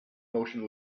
motion